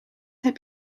heb